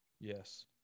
yes